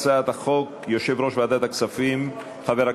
הצעת חוק להפחתת הגירעון והגבלת ההוצאה התקציבית (תיקון מס'